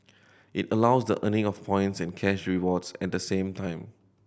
it allows the earning of points and cash rewards at the same time